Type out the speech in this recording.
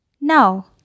Now